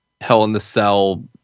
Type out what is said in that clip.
hell-in-the-cell